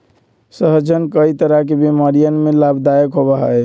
सहजन कई तरह के बीमारियन में लाभदायक होबा हई